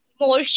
more